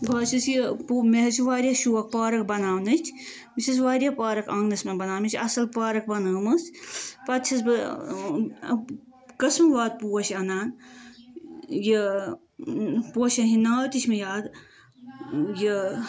بہٕ حظ چھس یہِ مےٚ حظ چھُ واریاہ زیادٕ شوق پارک بناونٕچ بہٕ چھس واریاہ پارَک آنگنَس مَنٛز بناوان مےٚ چھِ اصل پارک بنٲومٕژ پَتہٕ چھس بہٕ قٕسمٕ وار پوش اَنان یہِ پوشَن ہٕندۍ ناو تہِ چھِ مےٚ یاد یہِ